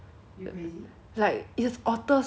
then 你的脚会一定比他们长